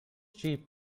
cheap